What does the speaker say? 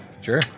Sure